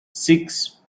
six